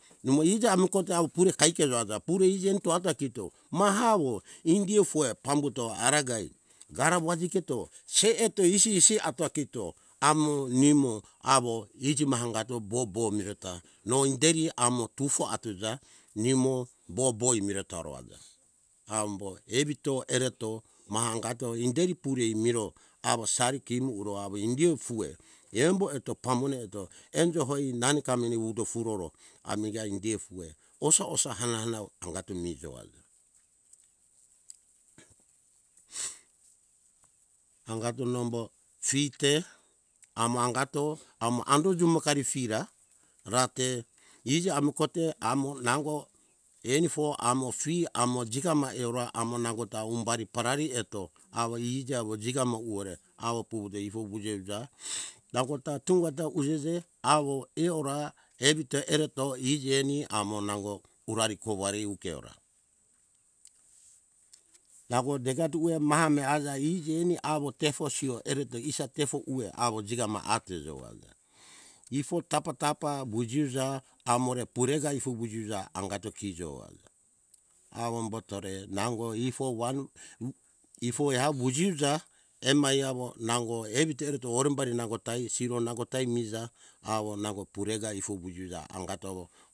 Numo iji amo kote au pure kaikero aja pure iji enito aja kito mahawo ingi fue umbuto aragae garawo ajiketo siriketo ififi ato amo nimo awo iji ma angato bobo mireta no inderi amo tufo atuja niumo bobo imiretora aja ambo evito ereto ma angato inderi purei miro awo sari kimu uro awo indio fue embo eto pamone eto enjo hoi nane kameni wito furoro amiga indi fue osa - osa hananau angatu mizo auza angato nombo fi te amangato amo andu jumo kari fi ra rate iji amu kote amo nango enifo amo fi amo jigama eora amo nangota ombari parari eto awo iji awo jigama ma uwore awo puvuto ifo wujo uja nangota tungota ujese awo eora evito ereto iji eni amo nango purari kouari ukeora nango digadue maha me aja iji eni awo tefo sio ereto isa tefo uwe awo jingama ate jo aja ifo tapa - tapa buji uja amore poregai ifu wuji uja angato kijo aja awo umbotore ango ifo wan wu ifo ea wuju uja emai awo nango evito ereto orembari nangota isiro nangota miza awo nango purega ifo wuju uja nangota awo